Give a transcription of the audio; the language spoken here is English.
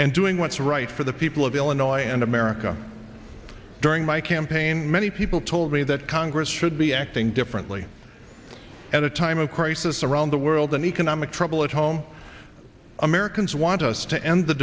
and doing what's right for the people of illinois and america during my campaign many people told me that congress should be acting differently at a time of crisis around the world in economic trouble at home americans want us to end the